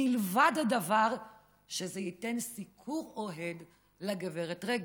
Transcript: מלבד הדבר שזה ייתן סיקור אוהד לגב' רגב?